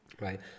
Right